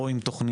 או עם תוכניות